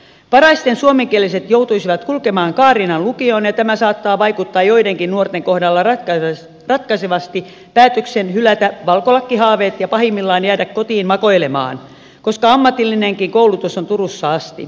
paraisten suomenkieliset joutuisivat kulkemaan kaarinan lukioon ja tämä saattaa vaikuttaa joidenkin nuorten kohdalla ratkaisevasti päätökseen hylätä valkolakkihaaveet ja pahimmillaan jäädä kotiin makoilemaan koska ammatillinenkin koulutus on turussa asti